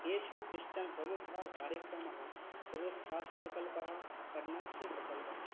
तेषु कश्चन प्रमुखः कार्यक्रमः सर्वसाध्यप्रकल्पः कर्नास्री प्रकल्पः